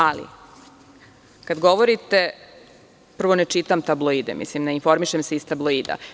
Ali, kad govorite, prvo ne čitam tabloide, ne informišem se iz tabloida.